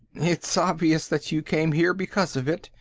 it's obvious that you came here because of it,